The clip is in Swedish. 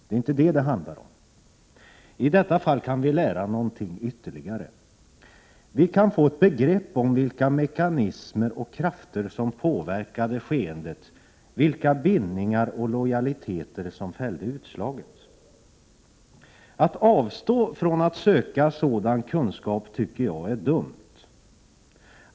Det är inte det som det handlar om. I detta fall kan vi lära någonting ytterligare. Vi kan få ett begrepp om vilka mekanismer och krafter som påverkade skeendet, vilka bindningar och lojaliteter som fällde utslaget. Att avstå från att söka sådan kunskap tycker jag är dumt.